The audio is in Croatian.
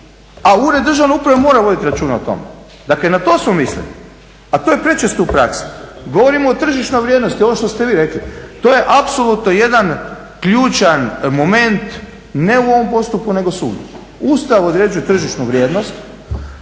A ured Državne uprave mora voditi računa o tome. Dakle, na to smo mislili a to je prečesto u praksi. Govorim o tržišnoj vrijednosti, ovo što ste vi rekli. To je apsolutno jedan ključan moment ne u ovom postupku nego svugdje. Ustav određuje tržišnu vrijednost,